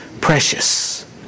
precious